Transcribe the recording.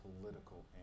political